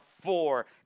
four